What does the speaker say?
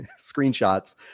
screenshots